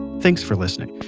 thanks for listening,